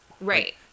Right